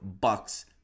bucks